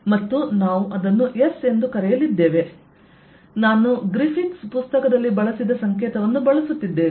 ಮತ್ತು ನಾವು ಅದನ್ನು S ಎಂದು ಕರೆಯಲಿದ್ದೇವೆ ನಾನು ಗ್ರಿಫಿತ್ಸ್ ಪುಸ್ತಕದಲ್ಲಿ ಬಳಸಿದ ಸಂಕೇತವನ್ನು ಬಳಸುತ್ತಿದ್ದೇನೆ